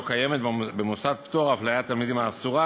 קיימת במוסד פטור אפליית תלמידים אסורה,